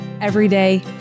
everyday